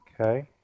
Okay